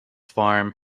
farm